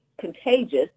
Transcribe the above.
contagious